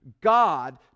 God